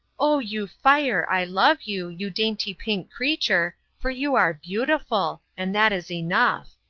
oh, you fire, i love you, you dainty pink creature, for you are beautiful and that is enough!